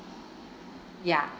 ya